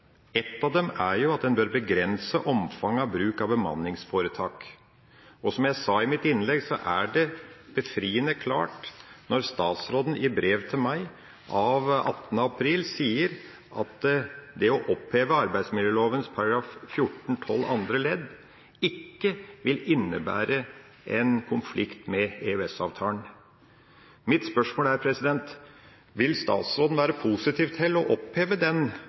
av dem er at en bør begrense omfanget av bruk av bemanningsforetak. Og som jeg sa i mitt innlegg, er det befriende klart når statsråden i brev til meg av 18. april sier at det å oppheve arbeidsmiljøloven § 14-12 andre ledd ikke vil innebære en konflikt med EØS-avtalen. Mitt spørsmål er: Vil statsråden være positiv til å oppheve den